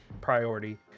priority